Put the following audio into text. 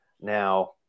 Now